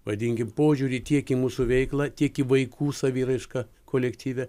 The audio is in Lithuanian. vadinkim požiūrį tiek į mūsų veiklą tiek į vaikų saviraišką kolektyve